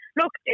look